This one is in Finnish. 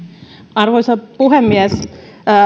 arvoisa puhemies